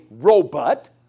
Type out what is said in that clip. robot